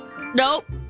Nope